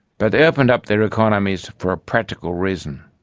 but they opened up their economies for a practical reason.